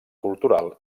cultural